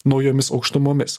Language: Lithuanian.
naujomis aukštumomis